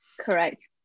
Correct